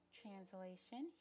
translation